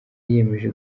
yiyemeje